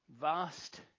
vast